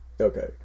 Okay